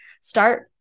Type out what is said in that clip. Start